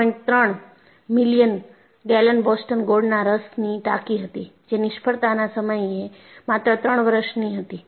3 million gallon Boston ગોળના રસની ટાંકી હતી જે નિષ્ફળતાના સમયે માત્ર 3 વર્ષની હતી